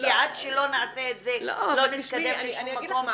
כי עד שלא נעשה את זה, לא נתקדם לשום מקום.